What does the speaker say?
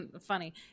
funny